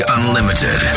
Unlimited